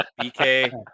BK